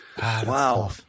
Wow